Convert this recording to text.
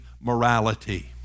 morality